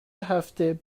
هفته